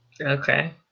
Okay